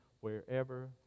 wherever